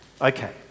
Okay